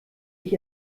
ich